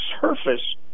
surface